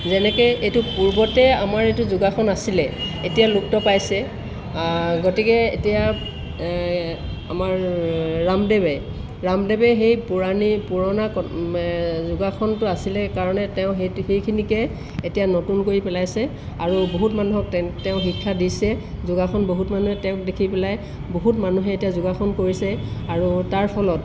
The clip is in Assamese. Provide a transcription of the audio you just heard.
যেনেকৈ এইটো পূৰ্বতে আমাৰ এইটো যোগাসন আছিলে এতিয়া লুপ্ত পাইছে গতিকে এতিয়া আমাৰ ৰামদেৱে ৰামদেৱে সেই পুৰণি পুৰণা যোগাসনটো আছিলে কাৰণে তেওঁ তি সেইখিনিকে এতিয়া নতুন কৰি পেলাইছে আৰু বহুত মানুহক তেন তেওঁ শিক্ষা দিছে যোগাসন বহুত মানুহে তেওঁক দেখি পেলাই বহুত মানুহে এতিয়া যোগাসন কৰিছে আৰু তাৰফলত